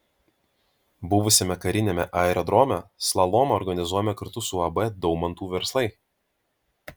buvusiame kariniame aerodrome slalomą organizuojame kartu su uab daumantų verslai